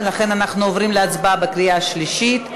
ולכן אנחנו עוברים להצבעה בקריאה השלישית.